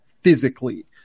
physically